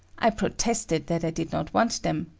i protested that i did not want them,